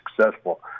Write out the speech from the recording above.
successful